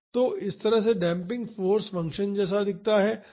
तो इस तरह से डेम्पिंग फाॅर्स फंक्शन ऐसा दिखता है